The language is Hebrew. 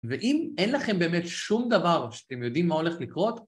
ואם אין לכם באמת שום דבר, שאתם יודעים מה הולך לקרות...